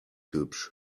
hübsch